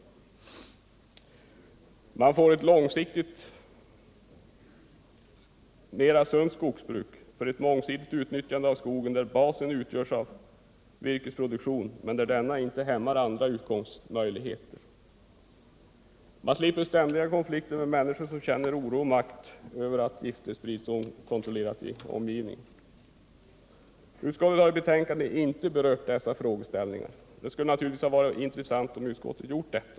Man får långsiktigt ett mera sunt jordbruk för ett mångsidigt utnyttjande av skogen, där basen utgörs av virkesproduktionen men där denna inte hämmar andra utkomstmöjligheter från skogen. Man slipper slutligen ständiga konflikter med människor som känner oro och vanmakt över att gifter sprids okontrollerat i omgivningen. Utskottet har i betänkandet inte berört dessa frågeställningar. Det skulle naturligtvis ha varit intressant om utskottet gjort det.